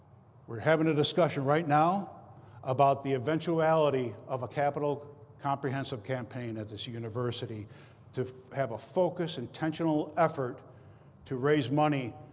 we're having a discussion right now about the eventuality of a capital comprehensive campaign at this university to have a focused intentional effort to raise money